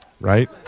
right